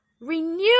renew